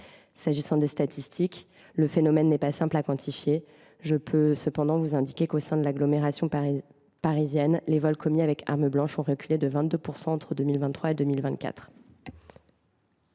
question des statistiques, le phénomène n’est pas simple à quantifier. Je peux cependant vous indiquer qu’au sein de l’agglomération parisienne, les vols commis avec arme blanche ont reculé de 22 % entre 2023 et 2024.